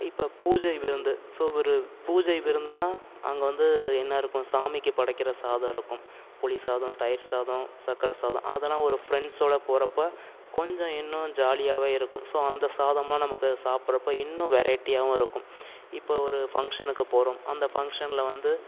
இப்போ பூஜை விருந்து ஸோ ஒரு பூஜை விருந்துனால் அங்கே வந்து என்ன இருக்கும் சாமிக்கு படைக்கின்ற சாதம் இருக்கும் புளி சாதம் தயிர் சாதம் சக்கரை சாதம் அதெல்லாம் ஒரு ஃப்ரெண்ட்ஸோடு போகிறப்ப கொஞ்சம் இன்னும் ஜாலியாகவே இருக்கும் ஸோ அந்த சாதம்லாம் நமக்கு சாப்பிடுறப்ப இன்னும் வெரைட்டியாகவும் இருக்கும் இப்போ ஒரு ஃபங்க்ஷனுக்கு போகிறோம் அந்த ஃபங்க்ஷனில் வந்து